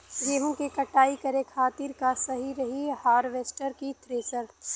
गेहूँ के कटाई करे खातिर का सही रही हार्वेस्टर की थ्रेशर?